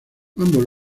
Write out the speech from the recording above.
ambos